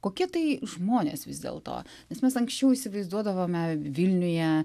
kokie tai žmonės vis dėlto nes mes anksčiau įsivaizduodavome vilniuje